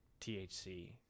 THC